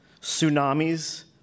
tsunamis